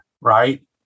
Right